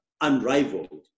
unrivaled